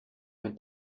mit